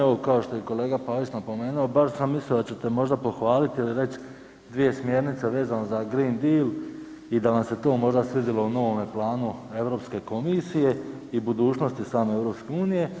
Evo kao što je i kolega Pavić napomenuo, bar sam mislio da ćete možda pohvalit ili reć dvije smjernice reć za Green Deal i da vam se to možda svidjelo u novome planu Europske komisije i budućnosti same EU.